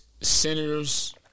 Senators